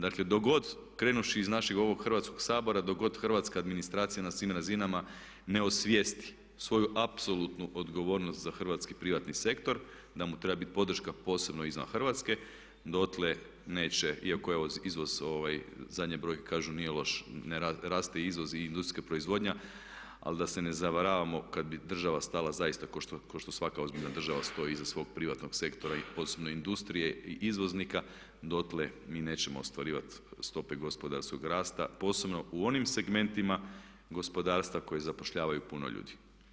Dakle dok god, krenuvši iz našeg ovog Hrvatskog sabora dok god hrvatska administracija na svim razinama ne osvijesti svoju apsolutnu odgovornost za hrvatski privatni sektor da mu treba biti podrška posebno izvan Hrvatske dotle neće iako je izvoz zadnje brojke kažu nije loš, raste izvoz i industrijska proizvodnja ali da se ne zavaravamo kad bi država stala zaista kao što svaka ozbiljna država stoji iza svog privatnog sektora i posebno industrije i izvoznika dotle mi nećemo ostvarivati stope gospodarskog rasta, posebno u onim segmentima gospodarstva koje zapošljavaju puno ljudi.